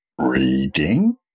reading